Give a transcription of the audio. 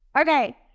okay